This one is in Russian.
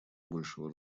большего